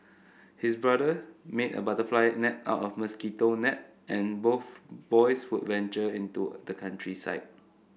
his brother made a butterfly net out of mosquito net and both boys would venture into the countryside